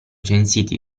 censiti